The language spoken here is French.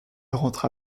rentra